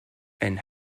and